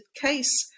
case